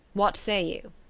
what say you?